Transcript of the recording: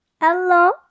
Hello